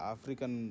African